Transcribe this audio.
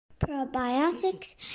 Probiotics